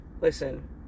listen